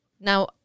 Now